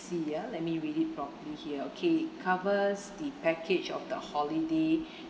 see ah let me read it properly here okay covers the package of the holiday